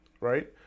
right